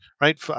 right